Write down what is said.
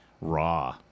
raw